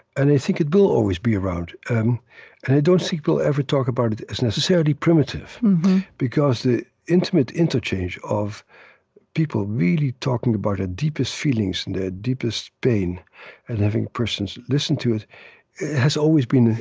and i think it will always be around um and i don't think we'll ever talk about it as necessarily primitive because the intimate interchange of people really talking about their deepest feelings and their deepest pain and having persons listen to it has always been,